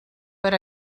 per